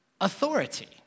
authority